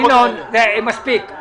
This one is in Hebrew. ינון, מספיק.